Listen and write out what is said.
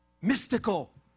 mystical